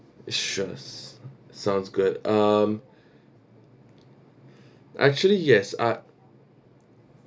sure sounds good um actually yes I